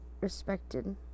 respected